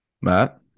Matt